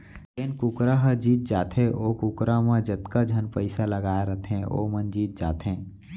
जेन कुकरा ह जीत जाथे ओ कुकरा म जतका झन पइसा लगाए रथें वो मन जीत जाथें